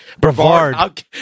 Brevard